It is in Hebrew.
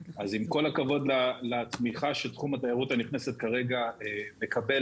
אז עם כל הכבוד לתמיכה שתחום התיירות הנכנסת כרגע מקבלת,